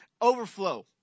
Overflow